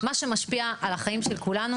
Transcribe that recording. מה שמשפיע על החיים של כולנו,